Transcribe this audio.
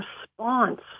response